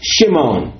Shimon